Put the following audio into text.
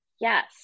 yes